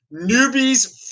newbies